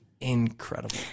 incredible